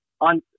on